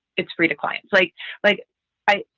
it's free to clients like like i.